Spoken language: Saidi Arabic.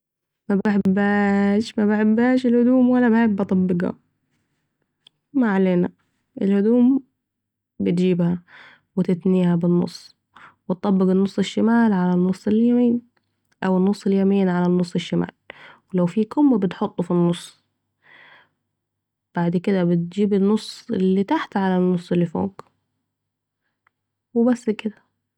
مبحبهاااش مبحبهاااش الهدوم ولا بحب اطبقها ما علينا الهدوم بتجيبها و تتنيها بالنص و تطبق النص الشمال على النص اليمين او النص اليمين على النص الشمال ولو في كم بتحطو في النص ،بعد كده بتجيب النص الي تحت على النص الي فوق، و بس كده